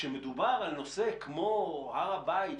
כשמדובר בנושא כמו הר הבית,